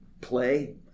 play